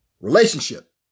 relationship